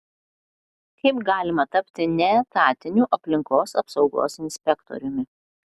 kaip galima tapti neetatiniu aplinkos apsaugos inspektoriumi